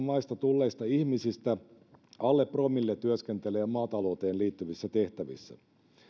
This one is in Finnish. maista tulleista ihmisistä alle promille työskentelee maatalouteen liittyvissä tehtävissä